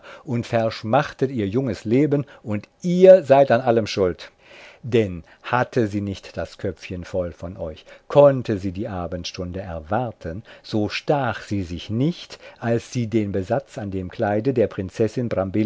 und verschmachtet ihr junges leben und ihr seid an allem schuld denn hatte sie nicht das köpfchen voll von euch konnte sie die abendstunde erwarten so stach sie sich nicht als sie den besatz an dem kleide der prinzessin